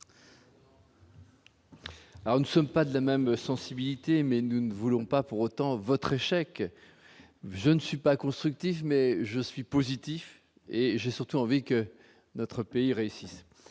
nous sommes pas de la même sensibilité, mais nous ne voulons pas pour autant votre échec je ne suis pas constructif mais je suis positif et j'ai surtout envie que notre pays réussissent